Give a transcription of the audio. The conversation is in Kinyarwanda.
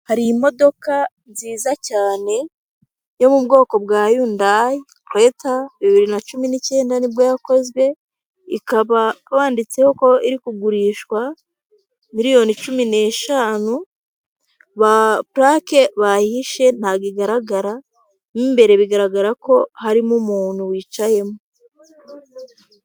Hari imodoka nziza cyane yo mu bwoko bwa yundayi kereta, bibiri na cumi n'icyenda nibwo yakozwe, ikaba yanditseho ko iri kugurishwa miliyoni cumi n'eshanu, ba pulake bayishe nta igaragara mo mbere bigaragara ko harimo umuntu wicayemo.